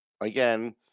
again